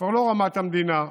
כבר לא רמת המדינה.